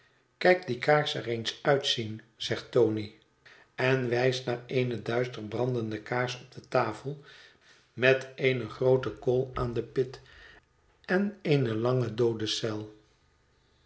kijk die kaars er eens uitzien zegt tony en wijst naar eene duister brandende kaars op de tafel met eene groote kool aan de pit en eene lange doodceel